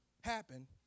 happen